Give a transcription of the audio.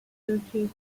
circuit